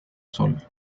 sol